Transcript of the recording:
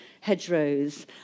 hedgerows